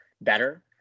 better